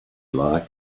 like